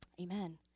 Amen